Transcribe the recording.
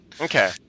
Okay